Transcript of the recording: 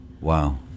Wow